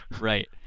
Right